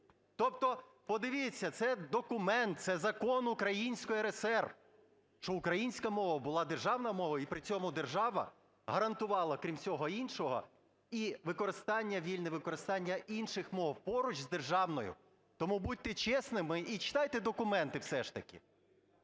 Тобто подивіться, це документ, це Закон Української РСР, що українська мова була державною мовою, і при цьому держава гарантувала, крім усього іншого, і використання, вільне використання інших мов поруч з державною. Тому будьте чесними і читайте документи все ж таки.